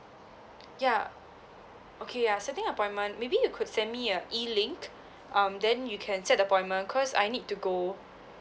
ya okay ya setting appointment maybe you could send me a E link um then you can set appointment cause I need to go